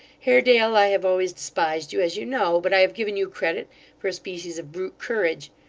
haredale, i have always despised you, as you know, but i have given you credit for a species of brute courage.